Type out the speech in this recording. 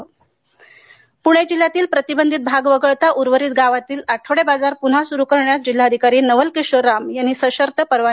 आठवडे बाजार पूणे जिल्ह्यातील प्रतिबंधित भाग वगळता उर्वरित गावातील आठवडे बाजार पुन्हा सुरु करण्यास जिल्हाधिकारी नवल किशोर राम यांनी सशर्त परवानगी दिली आहे